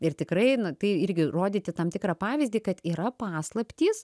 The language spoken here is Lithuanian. ir tikrai na tai irgi rodyti tam tikrą pavyzdį kad yra paslaptys